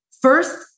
first